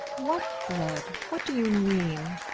what dread? what do you mean?